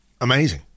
Amazing